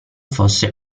fosse